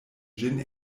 ĝin